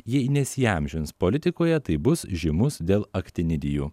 jei neįsiamžins politikoje tai bus žymus dėl aktinidijų